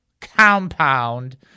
compound